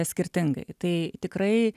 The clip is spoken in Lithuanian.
skirtingai tai tikrai